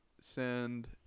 send